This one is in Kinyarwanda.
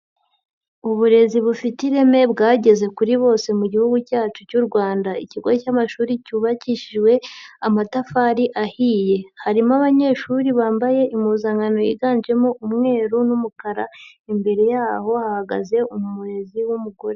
Uburezi bufite ireme bwageze kuri bose mu gihugu cyacu cy'u Rwanda, ikigo cy'amashuri cyubakishijwe amatafari ahiye, harimo abanyeshuri bambaye impuzankano yiganjemo umweru n'umukara, imbere yaho hahagaze umurezi w'umugore.